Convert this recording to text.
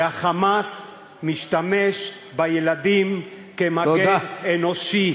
וה"חמאס" משתמש בילדים כמגן אנושי.